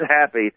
happy